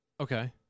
Okay